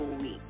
week